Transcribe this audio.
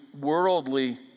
worldly